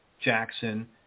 Jackson